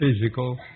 physical